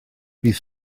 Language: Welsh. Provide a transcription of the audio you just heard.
bydd